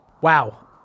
Wow